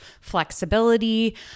flexibility